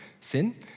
sin